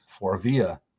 Forvia